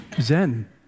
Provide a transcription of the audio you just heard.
zen